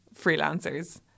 freelancers